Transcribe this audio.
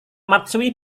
matsui